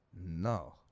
No